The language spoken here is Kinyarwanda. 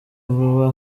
vuba